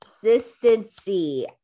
Consistency